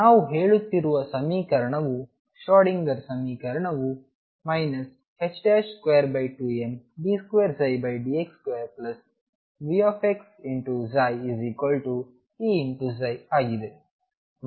ನಾವು ಹೇಳುತ್ತಿರುವ ಸಮೀಕರಣವು ಶ್ರೋಡಿಂಗರ್ ಸಮೀಕರಣವು 22md2dx2VψEψಆಗಿದೆ